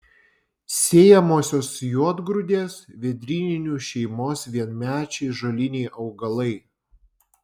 sėjamosios juodgrūdės vėdryninių šeimos vienmečiai žoliniai augalai